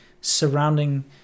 surrounding